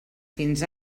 fins